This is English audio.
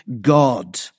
god